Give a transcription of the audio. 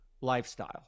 lifestyle